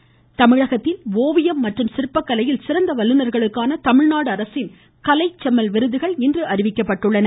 ஆவுஆவ கலைச்செம்மல் விருதுகள் தமிழகத்தில் ஓவியம் மற்றும் சிற்பக்கலையில் சிறந்த வல்லுநர்களுக்கான தமிழ்நாடு அரசின் கலைச்செம்மல் விருதுகள் இன்று அறிவிக்கப்பட்டுள்ளன